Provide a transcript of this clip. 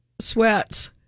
sweats